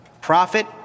Profit